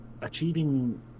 Achieving